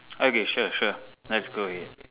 okay sure sure let's go ahead